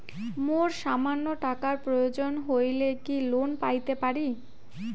মোর সামান্য টাকার প্রয়োজন হইলে কি লোন পাইতে পারি?